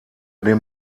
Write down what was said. den